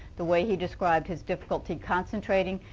the way he described his difficulty concentrating.